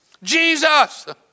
Jesus